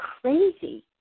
Crazy